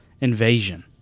invasion